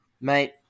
mate